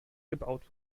gebaut